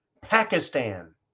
Pakistan